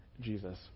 Jesus